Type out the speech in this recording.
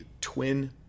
twin